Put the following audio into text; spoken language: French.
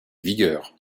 vigueur